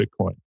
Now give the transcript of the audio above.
Bitcoin